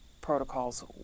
protocols